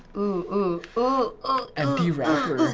ooh, ooh. empty wrapper.